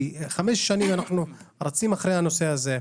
חמש שנים אנחנו רצים בנושא הזה,